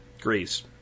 Greece